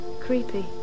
creepy